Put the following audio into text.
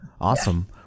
Awesome